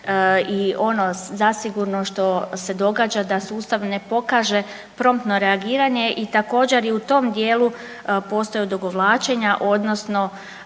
i ono zasigurno što se događa da sustav ne pokaže promptno reagiranje. I također u tom dijelu postoje odugovlačenja, odnosno